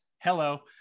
Hello